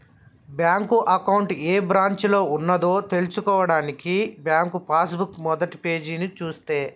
bank account ఏ బ్రాంచిలో ఉన్నదో తెల్సుకోవడానికి బ్యాంకు పాస్ బుక్ మొదటిపేజీని చూస్తే